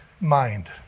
mind